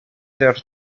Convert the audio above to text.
der